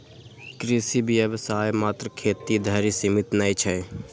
कृषि व्यवसाय मात्र खेती धरि सीमित नै छै